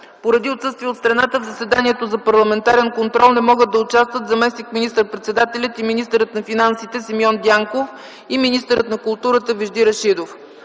Поради отсъствие от страната в заседанието за парламентарен контрол не могат да участват заместник министър-председателят и министър на финансите Симеон Дянков и министърът на културата Вежди Рашидов.